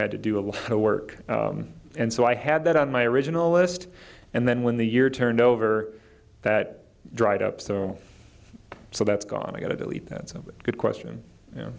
had to do a lot of work and so i had that on my original list and then when the year turned over that dried up so so that's gone i got to believe that's a good question you know